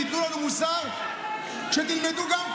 וילנה.